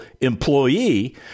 employee